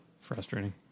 Frustrating